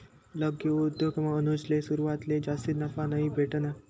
लघु उद्योगमा अनुजले सुरवातले जास्ती नफा नयी भेटना